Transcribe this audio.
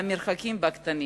והמרחקים בה קטנים.